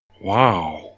Wow